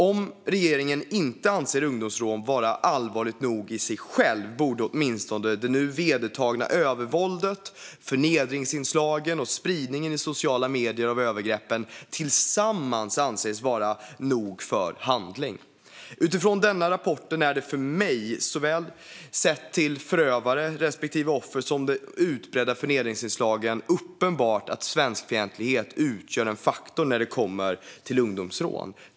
Om regeringen inte anser ungdomsrån vara allvarligt nog i sig självt borde åtminstone det nu vedertagna övervåldet, förnedringsinslagen och spridningen i sociala medier av övergreppen tillsammans anses vara nog för handling. Utifrån rapporten är det för mig uppenbart, sett till såväl förövare som offer och de utbredda förnedringsinslagen, att svenskfientlighet utgör en faktor när det kommer till ungdomsrån.